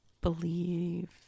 believe